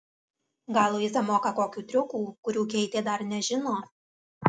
gal luiza moka kokių triukų kurių keitė dar nežino